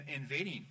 invading